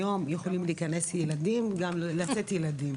היום יכולים להיכנס ילדים, גם לצאת ילדים.